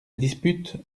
dispute